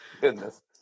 Goodness